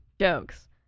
Jokes